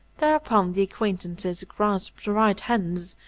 thereupon the acquaintances grasped right hands,